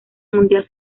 mundial